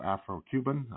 Afro-Cuban